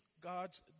God's